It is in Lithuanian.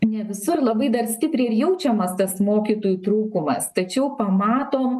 ne visur labai dar stipriai ir jaučiamas tas mokytojų trūkumas tačiau pamatom